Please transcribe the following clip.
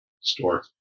store